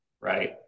right